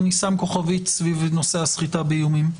אני שם כוכבית סביב נושא הסחיטה באיומים.